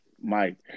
Mike